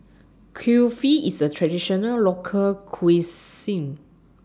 Kulfi IS A Traditional Local Cuisine